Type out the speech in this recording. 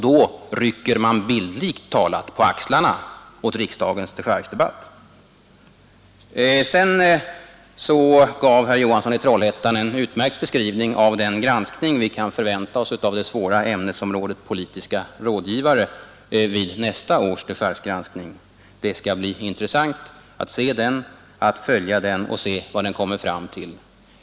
Då rycker man bildligt talat på axlarna åt riksdagens dechargedebatt. Sedan gav herr Johansson i Trollhättan en utmärkt beskrivning av den undersökning vi kan förvänta oss av det svåra ämnesområdet ”politiska rådgivare” vid nästa års dechargegranskning. Det skall bli intressant att följa den och se vad den leder fram till.